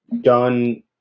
done